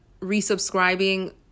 resubscribing